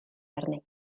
arni